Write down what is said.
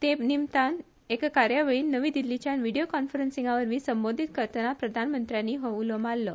ते निमतान एके कार्यावळीक नवी दिल्लीसावन व्हिडिओ कॉन्फरंसिंगावरवी संबोधित करतना प्रधानमंत्र्यानी हो उलो माल्लो